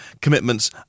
commitments